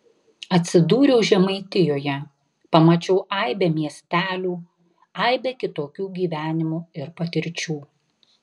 atsidūriau žemaitijoje pamačiau aibę miestelių aibę kitokių gyvenimų ir patirčių